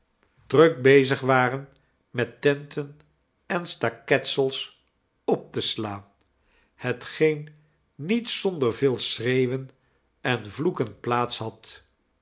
druk bezig waren met tenten en staketsels op te slaan hetgeen niet zonder veel schreeuwen en vloeken plaats had